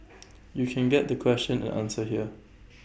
you can get the question and answer here